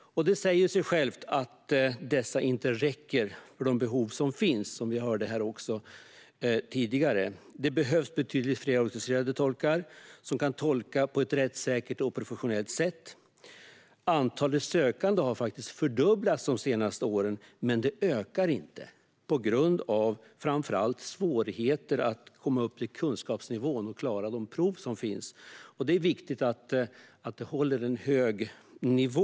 Det säger sig självt att dessa inte räcker till för de behov som finns, som vi hörde tidigare. Det behövs betydligt fler auktoriserade tolkar, som kan tolka på ett rättssäkert och professionellt sätt. Antalet sökande har faktiskt fördubblats de senaste åren. Men antalet auktoriserade tolkar ökar inte, framför allt på grund av att de sökande har svårigheter att komma upp till rätt kunskapsnivå och klara de prov som finns. Det är viktigt att det är en hög nivå.